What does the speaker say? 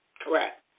Correct